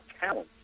talent